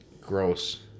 gross